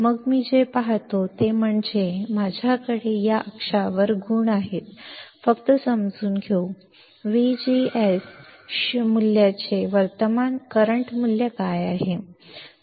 मग मी जे पाहतो ते म्हणजे माझ्याकडे या अक्षावर गुण आहेत फक्त समजून घेऊन विशिष्ट VGS मूल्याचे वर्तमान मूल्य काय आहे